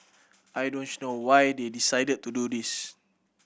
I don't know why they decided to do this